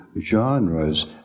genres